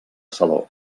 saló